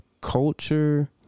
culture